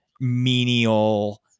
menial